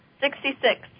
Sixty-six